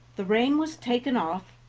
the rein was taken off,